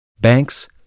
Banks